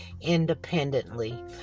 independently